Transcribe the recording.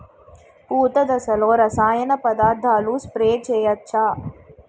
పూత దశలో రసాయన పదార్థాలు స్ప్రే చేయచ్చ?